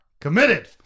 committed